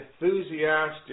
enthusiastic